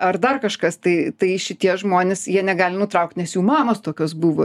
ar dar kažkas tai tai šitie žmonės jie negali nutraukt nes jų mamos tokios buvo